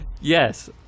Yes